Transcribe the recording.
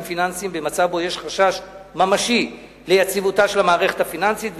פיננסיים במצב שבו יש חשש ממשי ליציבותה של המערכת הפיננסית,